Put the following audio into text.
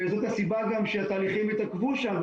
וזאת הסיבה גם שהתהליכים התעכבו שם.